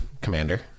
commander